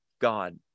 God